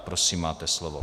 Prosím, máte slovo.